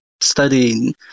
studying